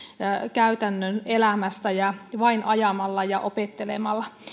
käytännön elämästä ja vain ajamalla ja opettelemalla